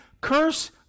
curse